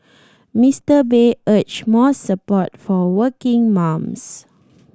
Mister Bay urged more support for working mums